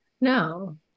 No